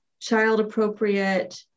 child-appropriate